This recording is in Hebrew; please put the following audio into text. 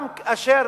גם כאשר